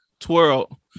twirl